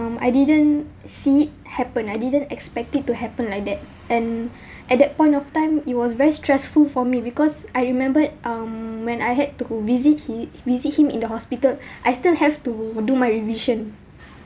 I didn't see it happened I didn't expect it to happen like that and at that point of time it was very stressful for me because I remembered um when I had to visit he visit him in the hospital I still have to do my revision